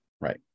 Right